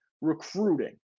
recruiting